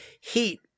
Heat